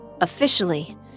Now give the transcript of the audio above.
Officially